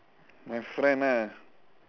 my friend ah